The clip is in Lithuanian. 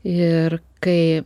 ir kai